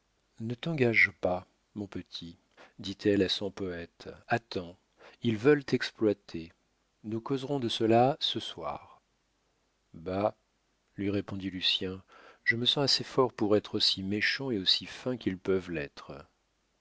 ne t'engage pas mon petit dit-elle à son poète attends ils veulent t'exploiter nous causerons de cela ce soir bah lui répondit lucien je me sens assez fort pour être aussi méchant et aussi fin qu'ils peuvent l'être